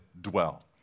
dwell